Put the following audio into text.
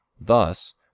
Thus